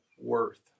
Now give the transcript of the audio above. worth